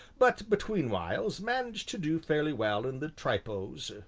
but between whiles managed to do fairly well in the tripos,